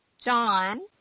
John